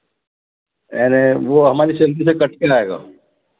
यानि वो हमारी सैलरी से कट के आएगा या कंपनी अलग से देगी